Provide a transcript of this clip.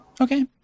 Okay